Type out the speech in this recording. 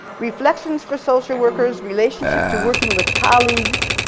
reflections for social workers, relationship to working with colleagues,